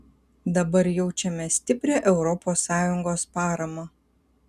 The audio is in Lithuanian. dabar jaučiame stiprią europos sąjungos paramą